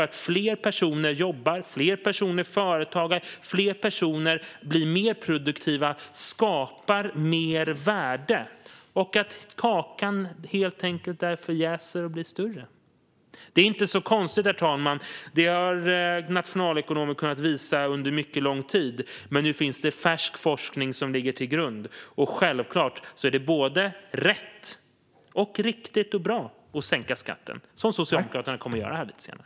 Att fler personer jobbar, att fler personer är företagare och att fler personer blir mer produktiva skapar mer värde och gör att kakan helt enkelt därför jäser och blir större. Det är inte så konstigt, herr talman. Detta har nationalekonomer kunnat visa under mycket lång tid. Men nu finns det färsk forskning som ligger till grund. Självklart är det både rätt och riktigt och bra att sänka skatten, som Socialdemokraterna kommer att göra här lite senare.